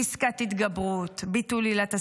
פסקת התגברות, ביטול עילת הסבירות,